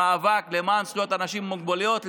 במאבק למען זכויות אנשים עם מוגבלויות,